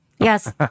Yes